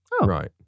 right